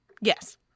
Yes